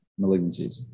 malignancies